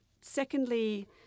secondly